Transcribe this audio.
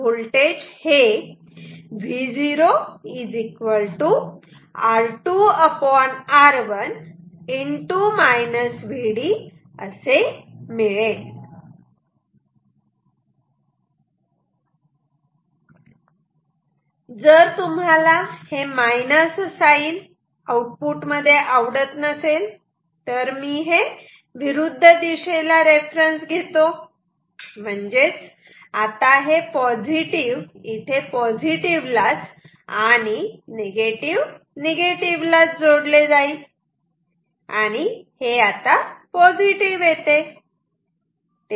Vo R2R1 जर तुम्हाला हे मायनस साईन आवडत नसेल तर मी हे विरुद्ध दिशेला रेफरन्स घेतो म्हणजेच आता हे पॉझिटिव्ह इथे पॉझिटिव्हलाच आणि निगेटिव्ह निगेटिव्हलाच जोडले जाईल आणि हे आता पॉझिटिव येते